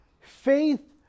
faith